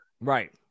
Right